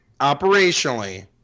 operationally